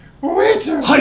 Waiter